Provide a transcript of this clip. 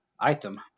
item